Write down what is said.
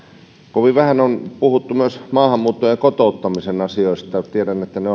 kovin vähän on puhuttu myös maahanmuutto ja kotouttamisen asioista tiedän että myös ne